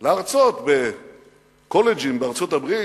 להרצות בקולג'ים בארצות-הברית